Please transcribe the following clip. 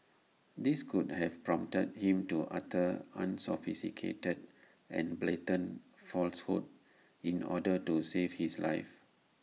this could have prompted him to utter unsophisticated and blatant falsehoods in order to save his life